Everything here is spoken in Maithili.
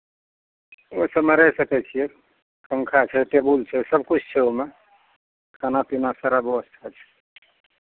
ओहि सभमे रहि सकै छियै पङ्खा छै टेबुल छै सभकिछु ओहिमे खाना पीना सारा व्यवस्था छै